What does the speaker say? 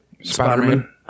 Spider-Man